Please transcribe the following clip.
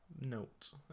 note